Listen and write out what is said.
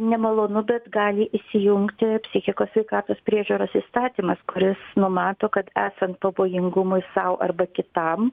nemalonu bet gali įsijungti psichikos sveikatos priežiūros įstatymas kuris numato kad esant pavojingumui sau arba kitam